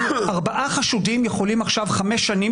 ארבעה חשודים יכולים עכשיו חמש שנים